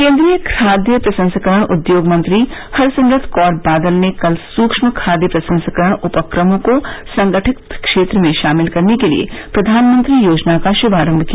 केन्द्रीय खाद्य प्रसंस्करण उदयोग मंत्री हरसिमरत कौर बादल ने कल सूक्ष्म खाद्य प्रसंस्करण उपक्रमों को संगठित क्षेत्र में शामिल करने के लिए प्रधानमंत्री योजना का शुभारंभ किया